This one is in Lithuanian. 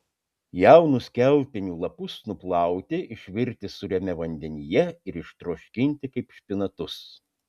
jaunus kiaulpienių lapus nuplauti išvirti sūriame vandenyje ir ištroškinti kaip špinatus